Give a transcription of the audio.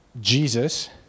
Jesus